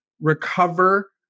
recover